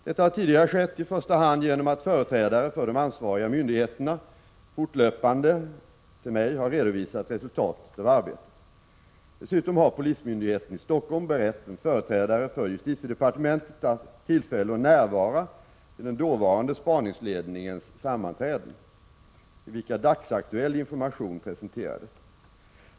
Detta har tidigare skett i första hand genom att företrädare för de ansvariga myndigheterna fortlöpande till mig har redovisat resultatet av arbetet. Dessutom har polismyndigheten i Stockholm berett en företrädare för justitiedepartementet tillfälle att närvara vid den dåvarande spaningsledningens sammanträden, vid vilka dagsaktuell information presenterades.